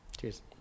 Cheers